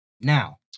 Now